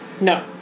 No